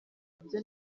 byo